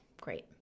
great